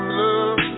love